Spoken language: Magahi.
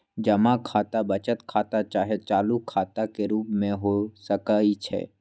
जमा खता बचत खता चाहे चालू खता के रूप में हो सकइ छै